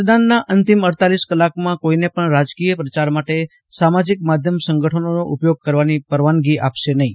મતદાનના અંતિમ અડતાલીસ કલાકમાં કોઈને પજ્ઞ રાજકીય પ્રચાર માટે સામાજિક માધ્યમ સંગઠનોનો ઉપયોગ કરવાની પરવાનગી આપશે નહીં